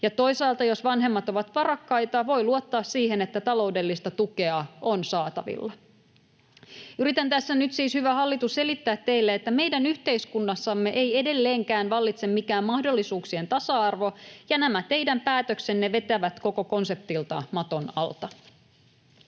toisaalta, jos vanhemmat ovat varakkaita, voi luottaa siihen, että taloudellista tukea on saatavilla. Yritän tässä nyt siis, hyvä hallitus, selittää teille, että meidän yhteiskunnassamme ei edelleenkään vallitse mikään mahdollisuuksien tasa-arvo, ja nämä teidän päätöksenne vetävät koko konseptilta maton alta.